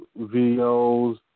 videos